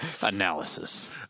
Analysis